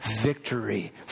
victory